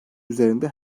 üzerinde